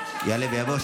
יעלה ויבוא.